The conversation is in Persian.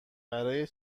برای